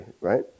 right